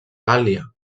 gàl·lia